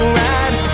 right